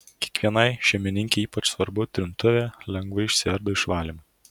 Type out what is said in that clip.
kiekvienai šeimininkei ypač svarbu trintuvė lengvai išsiardo išvalymui